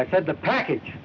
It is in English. i said the package